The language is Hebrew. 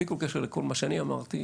בלי כל קשר לכל מה שאני אמרתי,